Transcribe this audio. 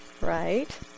right